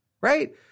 right